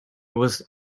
was